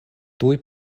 tuj